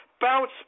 bounce